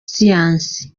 siyansi